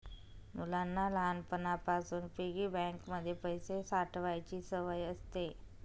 मुलांना लहानपणापासून piggy bank मध्ये पैसे साठवायची सवय असते